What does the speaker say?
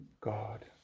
God